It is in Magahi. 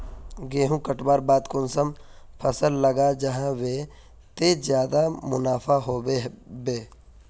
गेंहू कटवार बाद कुंसम फसल लगा जाहा बे ते ज्यादा मुनाफा होबे बे?